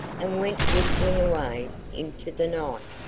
and went whistling away into the night.